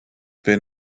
been